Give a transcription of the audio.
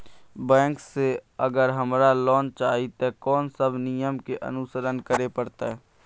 Bank से अगर हमरा लोन चाही ते कोन सब नियम के अनुसरण करे परतै?